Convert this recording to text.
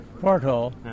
porthole